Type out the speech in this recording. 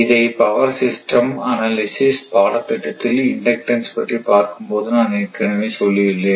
இதை power system analysis பாடத்திட்டத்தில் inductance பற்றி பார்க்கும் போது நான் ஏற்கனவே சொல்லியுள்ளேன்